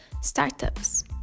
Startups